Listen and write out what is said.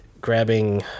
grabbing